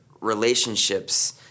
relationships